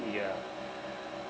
the uh